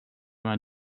vingt